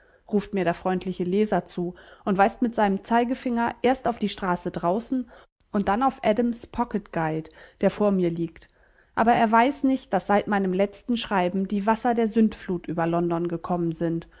ruft mir der freundliche leser zu und weist mit seinem zeigefinger erst auf die straße draußen und dann auf adam's pocket guide der vor mir liegt aber er weiß nicht daß seit meinem letzten schreiben die wasser der sündflut über london gekommen sind